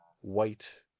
white